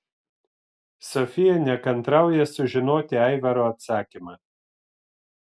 sofija nekantrauja sužinoti aivaro atsakymą